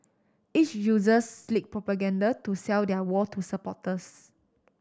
each uses slick propaganda to sell their war to supporters